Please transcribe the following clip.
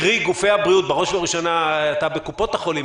קרי: גופי הבריאות - בראש וראשונה קופות החולים